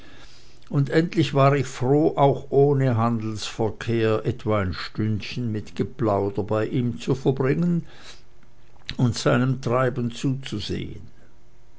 und endlich war ich froh auch ohne handelsverkehr etwa ein stündchen mit geplauder bei ihm zu verbringen und seinem treiben zuzusehen